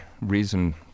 reason